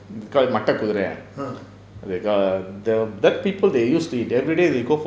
called மட்ட குதிரை:matta kuthirai the people they used to it everyday they go for three four trips